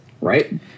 right